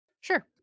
Sure